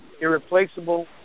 Irreplaceable